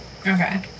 okay